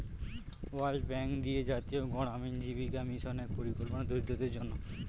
world bank দিয়ে জাতীয় গড়ামিন জীবিকা মিশন এক পরিকল্পনা দরিদ্রদের জন্য